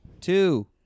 two